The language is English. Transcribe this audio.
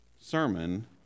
sermon